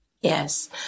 Yes